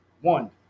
one